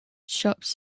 shops